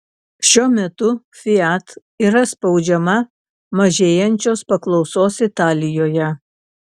šiuo metu fiat yra spaudžiama mažėjančios paklausos italijoje